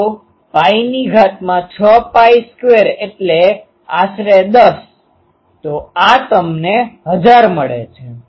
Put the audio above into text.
તો પાઇ ની ઘાત માં 6 પાઈ સ્ક્વેર એટલે આશરે 10 તો આ તમને 1000 મળે છે